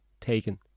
taken